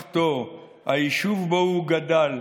משפחתו, היישוב שבו הוא גדל,